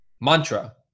mantra